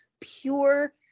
pure